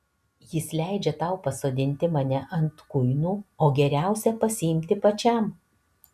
jis leidžia tau pasodinti mane ant kuinų o geriausią pasiimti pačiam